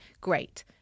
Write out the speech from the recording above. great